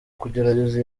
kugerageza